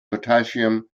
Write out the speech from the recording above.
potassium